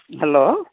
hello